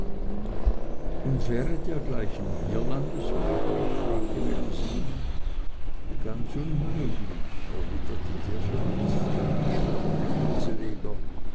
und wäre dergleichen hierlandes möglich fragte melusine ganz unmöglich entgegnete der für alles fremde schwärmende koseleger